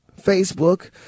Facebook